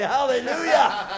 Hallelujah